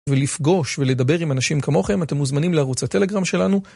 ולפגוש ולדבר עם אנשים כמוכם, אתם מוזמנים לערוץ הטלגרם שלנו.